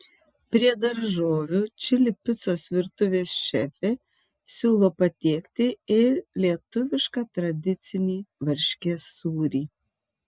prie daržovių čili picos virtuvės šefė siūlo patiekti ir lietuvišką tradicinį varškės sūrį